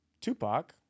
Tupac